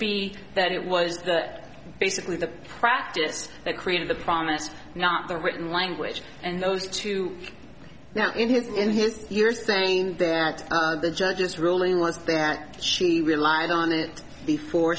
be that it was basically the practice that created the promise not the written language and those two now in his in his years thing that the judge's ruling was that she relied on it before